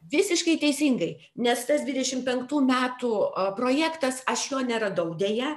visiškai teisingai nes tas dvidešim penktų metų a projektas aš jo neradau deja